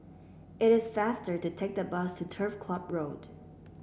it is faster to take the bus to Turf Club Road